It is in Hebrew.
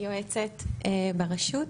יועצת ברשות,